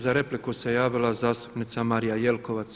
Za repliku se javila zastupnica Marija Jelkovac.